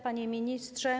Panie Ministrze!